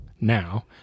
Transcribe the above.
now